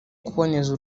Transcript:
kuboneza